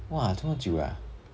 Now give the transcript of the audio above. !wah! 这么久 ah